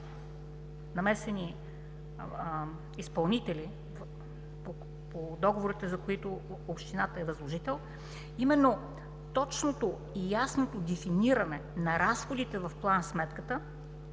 намесени изпълнители по договорите, за които общината е възложител, именно точното и ясното дефиниране на разходите в план-сметката